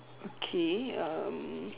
okay um